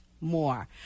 more